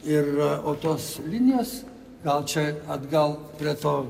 ir o tos linijos gal čia atgal prie to